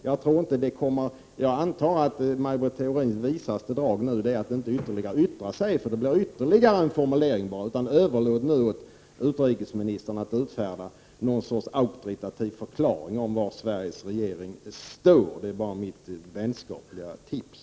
Jag antar att Maj Britt Theorins visaste drag nu är att inte yttra sig mer, för det blir bara ytterligare en formulering. Överlåt nu åt utrikesministern att utfärda en auktoritativ förklaring i fråga om var Sveriges regering står! Det är mitt vänskapliga tips.